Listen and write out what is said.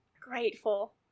Grateful